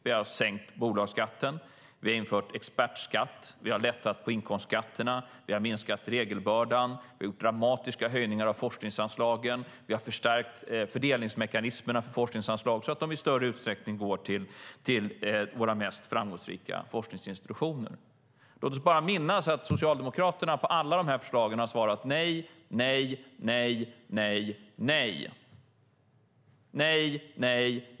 Vi har sänkt bolagsskatten, infört expertskatt, lättat på inkomstskatterna, minskat regelbördan, gjort dramatiska höjningar av forskningsanslagen och förstärkt fördelningsmekanismerna för forskningsanslag så att de i större utsträckning går till våra mest framgångsrika forskningsinstitutioner. Låt oss bara minnas att Socialdemokraterna till alla de här förslagen har sagt nej, nej, nej, nej, nej.